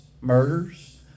murders